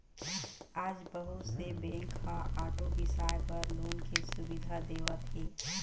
आज बहुत से बेंक ह आटो बिसाए बर लोन के सुबिधा देवत हे